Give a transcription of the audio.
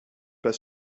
pas